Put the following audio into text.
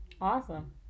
awesome